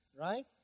right